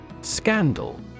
Scandal